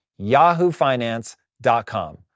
yahoofinance.com